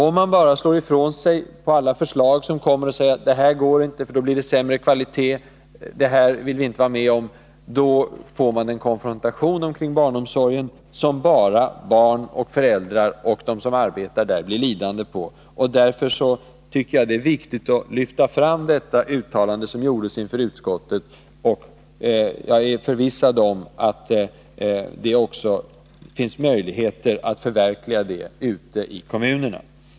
Om man bara slår ifrån sig och avvisar alla förslag med argument som att detta går inte att genomföra, för då blir kvaliteten sämre, och det vill vi inte vara med om, får man en konfrontation omkring barnomsorgen som endast barn, föräldrar och de som arbetar inom barnomsorgen blir lidande på. Därför tycker jag att det är viktigt att lyfta fram det uttalande som gjordes inför utskottet. Jag är förvissad om att det också finns möjligheter att förverkliga det ute i kommunerna.